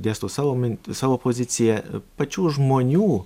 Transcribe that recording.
dėstau savo min savo poziciją pačių žmonių